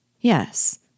Yes